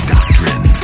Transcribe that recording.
Doctrine